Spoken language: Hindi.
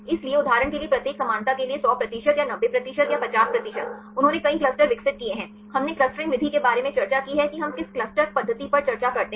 इसलिए उदाहरण के लिए प्रत्येक समानता के लिए 100 प्रतिशत या 90 प्रतिशत या 50 प्रतिशत उन्होंने कई क्लस्टर विकसित किए हैं हमने क्लस्टरिंग विधि के बारे में चर्चा की है कि हम किस क्लस्टर पद्धति पर चर्चा करते हैं